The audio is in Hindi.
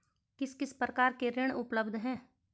किस किस प्रकार के ऋण उपलब्ध हैं?